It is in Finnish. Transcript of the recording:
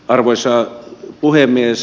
arvoisa puhemies